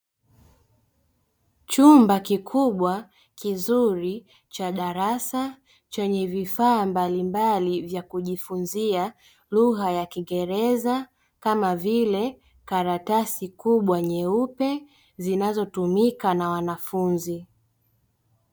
Chumba kikubwa, kizuri cha darasa chenye vifaa mbalimbali vya kujifunzia lugha ya kiingereza kama vile karatasi kubwa nyeupe zinazotumika na wanafunzi.